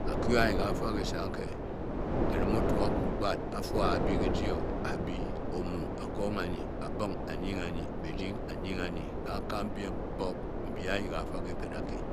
Akwu any ke, ka fa kise anki ki rim otugakwu gbaad, a fua a-bii gi ji o, a-bii, omû a-kong anyi, abing anying anyi, binding a-roting anyi, kankang biem kpok mbǐ anyi kě gǎ fâ kí kèt ankyi